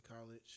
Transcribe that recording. college